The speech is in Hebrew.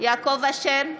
יעקב אשר,